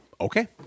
Okay